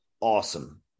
awesome